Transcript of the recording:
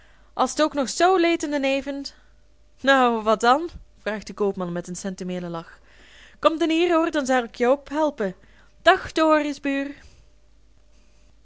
is t ook nog zoo leet in den evend nou wat dan vraagt de koopman met een sentimenteelen lach kom den hier hoor den zei k je ophelpen dag